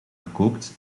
gekookt